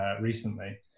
recently